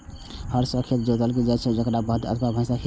हर सं खेत जोतल जाइ छै, जेकरा बरद अथवा भैंसा खींचै छै